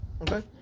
Okay